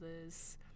others